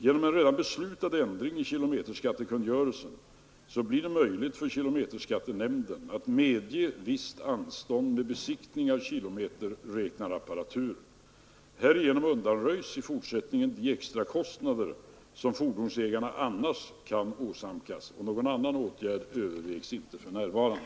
Genom en redan beslutad ändring i kilometerskattekungörelsen blir det möjligt för kilometerskattenämnden att medge visst anstånd med besiktning av kilometerräknarapparatur. Härigenom undanröjs i fortsättningen de extrakostnader som fordonsägarna annars kan åsamkas. Någon annan åtgärd övervägs inte för närvarande.